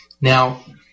Now